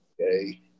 Okay